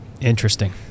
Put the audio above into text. interesting